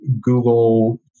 Google